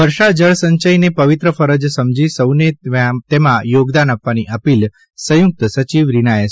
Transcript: વર્ષા જળસંચયને પવિત્ર ફરજ સમજી સૌને તેમાં યોગદાન આપવાની અપીલ સંયુક્ત સચિવ રીના એસ